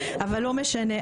אבל לא משנה.